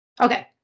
Okay